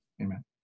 Amen